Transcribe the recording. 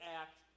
act